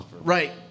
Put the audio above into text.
Right